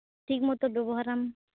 ᱴᱷᱤᱠ ᱢᱚᱛᱳ ᱵᱮᱵᱚᱦᱟᱨᱟᱢ